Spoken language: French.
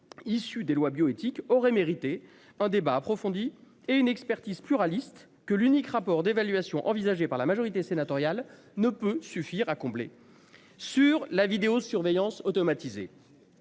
issu des lois bioéthiques aurait mérité un débat approfondi et une expertise pluraliste que l'unique rapport d'évaluation envisagé par la majorité sénatoriale ne peut suffire à combler sur la vidéo surveillance automatisée.